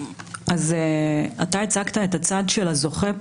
אתה הצגת פה את הצד של הזוכה,